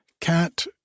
Cat